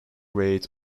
raid